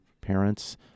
parents